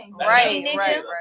right